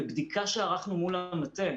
בבדיקה שערכנו מול המטה,